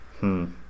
-hmm